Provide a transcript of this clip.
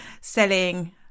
selling